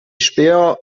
späher